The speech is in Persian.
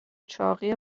چاقی